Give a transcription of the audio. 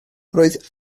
roedd